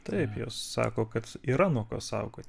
taip jos sako kad yra nuo ko saugoti